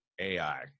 AI